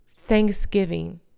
thanksgiving